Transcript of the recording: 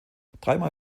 dreimal